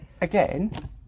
again